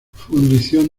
fundición